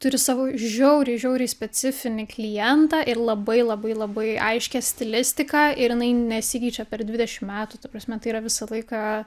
turi savo žiauriai žiauriai specifinį klientą ir labai labai labai aiškią stilistiką ir jinai nesikeičia per dvidešim metų ta prasme tai yra visą laiką